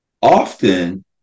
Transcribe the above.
Often